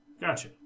Gotcha